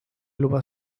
luba